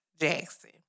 Jackson